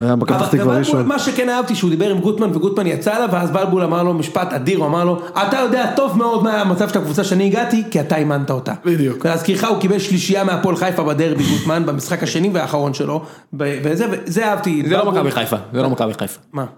זה היה מכבי פתח תקווה ראשון. מה שכן אהבתי שהוא דיבר עם גוטמן, וגוטמן יצא עליו ואז בלבול אמר לו משפט אדיר. הוא אמר לו: אתה יודע טוב מאוד מה היה המצב של הקבוצה שאני הגעתי כי אתה אימנת אותה. בדיוק. להזכירך הוא קיבל שלישיה מהפועל חיפה בדרבי, גוטמן, במשחק השני והאחרון שלו. וזה, זה אהבתי. זה לא מכבי חיפה, זה לא מכבי חיפה. מה?